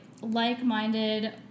like-minded